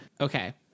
Okay